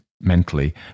mentally